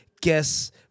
Guess